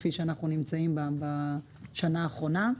כפי שאנחנו נמצאים בה בשנה האחרונה.